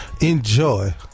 Enjoy